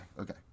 Okay